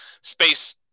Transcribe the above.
space